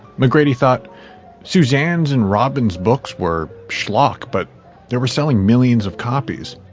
mcgrady thought susanne's and robin's books were schlock, but they were selling millions of copies.